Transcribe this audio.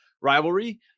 rivalry